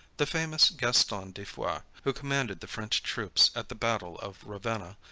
the famous gaston de foix, who commanded the french troops at the battle of ravenna,